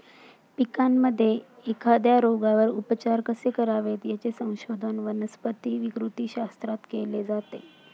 पिकांमध्ये एखाद्या रोगावर उपचार कसे करावेत, याचे संशोधन वनस्पती विकृतीशास्त्रात केले जाते